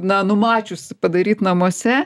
na numačius padaryt namuose